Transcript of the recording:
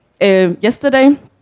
Yesterday